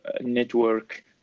network